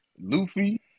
Luffy